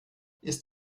ist